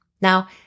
Now